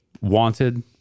Wanted